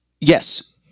yes